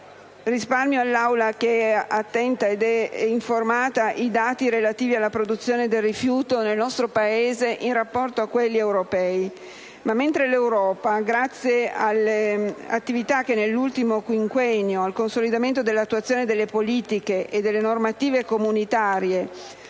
Risparmio all'Assemblea, che è attenta ed informata, i dati relativi alla produzione del rifiuto del nostro Paese in rapporto a quelli europei. Ma mentre in Europa nell'ultimo quinquennio il consolidamento dell'attuazione delle politiche e delle normative comunitarie